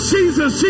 Jesus